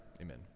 amen